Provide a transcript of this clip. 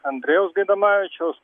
andrejaus gaidamavičiaus